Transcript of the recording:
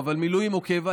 אבל במילואים או בקבע,